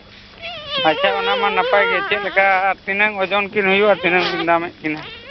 ᱟᱪᱪᱷᱟ ᱚᱱᱟ ᱢᱟ ᱱᱟᱯᱟᱭ ᱜᱮ ᱪᱮᱫ ᱞᱮᱠᱟ ᱛᱤᱱᱟᱹᱝ ᱚᱡᱚᱱ ᱠᱤᱱ ᱦᱩᱭᱩᱜᱼᱟ ᱛᱤᱱᱟᱹᱜ ᱵᱤᱱ ᱫᱟᱢᱮᱫ ᱠᱤᱱᱟ